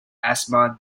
asthma